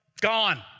Gone